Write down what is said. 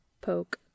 Poke